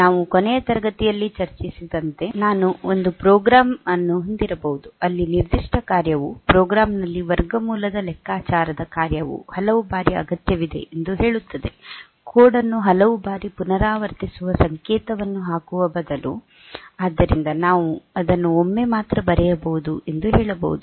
ನಾವು ಕೊನೆಯ ತರಗತಿಯಲ್ಲಿ ಚರ್ಚಿಸಿದಂತೆ ನಾನು ಒಂದು ಪ್ರೋಗ್ರಾಂ ಅನ್ನು ಹೊಂದಿರಬಹುದು ಅಲ್ಲಿ ನಿರ್ದಿಷ್ಟ ಕಾರ್ಯವು ಪ್ರೋಗ್ರಾಂ ನಲ್ಲಿ ವರ್ಗಮೂಲದ ಲೆಕ್ಕಾಚಾರದ ಕಾರ್ಯವು ಹಲವಾರು ಬಾರಿ ಅಗತ್ಯವಿದೆ ಎಂದು ಹೇಳುತ್ತದೆ ಕೋಡ್ ಅನ್ನು ಹಲವಾರು ಬಾರಿ ಪುನರಾವರ್ತಿಸುವ ಸಂಕೇತವನ್ನು ಹಾಕುವ ಬದಲು ಆದ್ದರಿಂದ ನಾವು ಅದನ್ನು ಒಮ್ಮೆ ಮಾತ್ರ ಬರೆಯಬಹುದು ಎಂದು ಹೇಳಬಹುದು